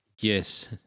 Yes